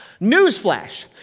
Newsflash